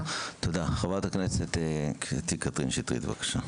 חברת הכנסת קטי קטרין שטרית, בקשה.